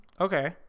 Okay